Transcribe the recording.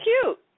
cute